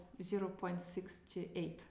0.68